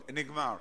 נגמר.